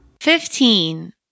Fifteen